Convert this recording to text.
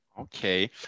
Okay